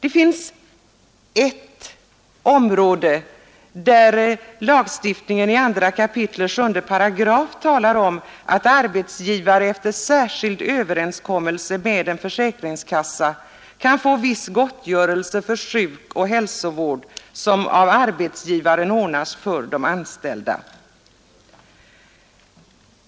I 2 kap. 7 § lagen om allmän försäkring stadgas dock att arbetsgivare efter särskild överenskommelse med en försäkringskassa kan få viss gottgörelse för sjukoch hälsovård som av arbetsgivaren ordnas för de anställda.